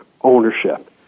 ownership